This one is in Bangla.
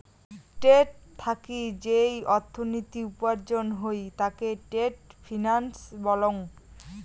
ট্রেড থাকি যেই অর্থনীতি উপার্জন হই তাকে ট্রেড ফিন্যান্স বলং